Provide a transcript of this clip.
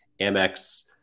Amex